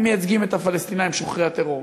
הם מייצגים את הפלסטינים שוחרי הטרור,